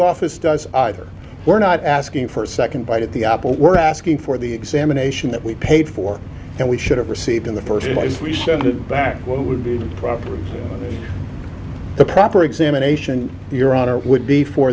office does either we're not asking for a second bite at the apple we're asking for the examination that we paid for and we should have received in the first place we sent it back what would be the proper examination your honor would be for